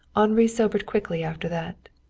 henri sobered quickly after that.